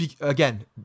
Again